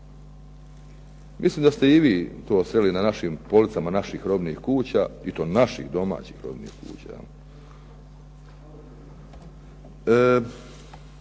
Mislim da ste i vi to sreli na našim policama naših robnih kuća i to naših domaćih robnih kuća,